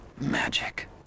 Magic